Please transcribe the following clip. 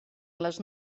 les